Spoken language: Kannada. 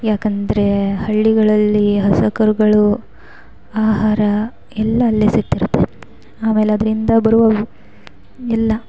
ಯಾಕೆಂದ್ರೆ ಹಳ್ಳಿಗಳಲ್ಲಿ ಹಸು ಕರುಗಳು ಆಹಾರ ಎಲ್ಲ ಅಲ್ಲೇ ಸಿಕ್ತಿರುತ್ತೆ ಆಮೇಲೆ ಅದರಿಂದ ಬರುವವು ಎಲ್ಲ